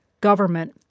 government